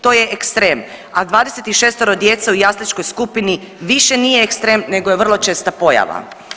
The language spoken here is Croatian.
To je ekstrem, a 26 djece u jasličkoj skupini više nije ekstrem nego je vrlo česta pojava.